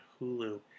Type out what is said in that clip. Hulu